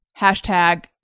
Hashtag